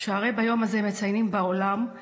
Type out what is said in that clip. שהרי ביום הזה מציינים בעולם את